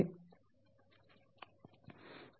Ly 0